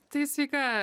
tai sveika